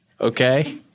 okay